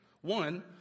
One